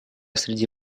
среди